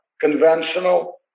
conventional